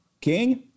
King